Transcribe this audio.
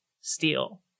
steel